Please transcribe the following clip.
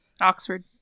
oxford